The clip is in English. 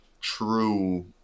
true